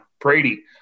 Brady